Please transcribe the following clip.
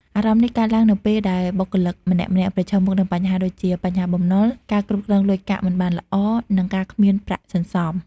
អារម្មណ៍នេះកើតឡើងនៅពេលដែលបុគ្គលម្នាក់ៗប្រឈមមុខនឹងបញ្ហាដូចជា បញ្ហាបំណុល ការគ្រប់គ្រងលុយកាក់មិនបានល្អ និងការគ្មានប្រាក់សន្សំ។